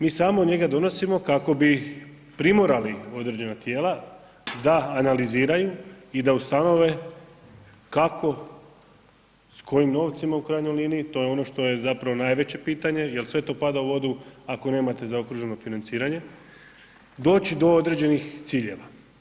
Mi samo njega donosimo kako bi primorali određena tijela da analiziraju i da ustanove kako, s kojim novcima u krajnjoj liniji, to je ono što je zapravo najveće pitanje, jer sve to pada u vodu ako nemate zaokruženo financiranje, doći do određenih ciljeva.